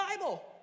Bible